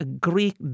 Greek